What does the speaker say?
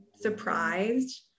surprised